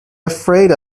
afraid